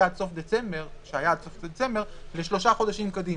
עד סוף דצמבר לשלושה חודשים קדימה,